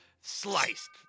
Sliced